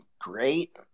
great